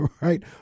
right